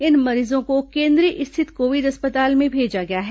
इन मरीजों को केन्द्री रिथत कोविड अस्पताल में भेजा गया है